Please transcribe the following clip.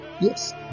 Yes